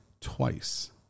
twice